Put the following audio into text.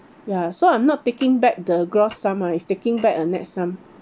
ya so I'm not taking back the gross sum mah is taking back a nett sum